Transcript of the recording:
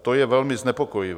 To je velmi znepokojivé.